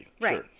Right